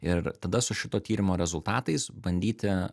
ir tada su šito tyrimo rezultatais bandyti